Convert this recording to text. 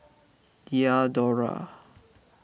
Diadora